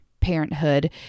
parenthood